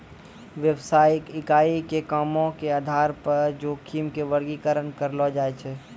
व्यवसायिक इकाई के कामो के आधार पे जोखिम के वर्गीकरण करलो जाय छै